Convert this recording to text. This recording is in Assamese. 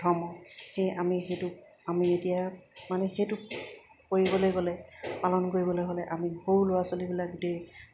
ধৰ্ম সেয়ে আমি সেইটোক আমি এতিয়া মানে সেইটোক কৰিবলৈ গ'লে পালন কৰিবলৈ হ'লে আমি সৰু ল'ৰা ছোৱালীবিলাক গোটেই